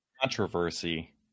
controversy